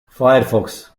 firefox